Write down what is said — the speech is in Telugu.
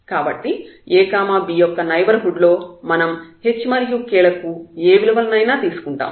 కాబట్టి ab యొక్క నైబర్హుడ్ లో మనం h మరియు k లకు ఏ విలువల నైనా తీసుకుంటాం